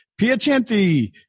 Piacenti